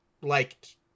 liked